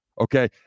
Okay